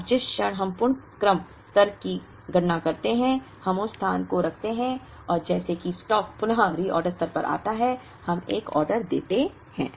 अब जिस क्षण हम पुन क्रम स्तर की गणना करते हैं हम उस स्थान को रखते हैं और जैसे ही स्टॉक पुनः रीऑर्डर स्तर पर आता है हम एक ऑर्डर देते हैं